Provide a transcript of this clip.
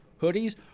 hoodies